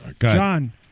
John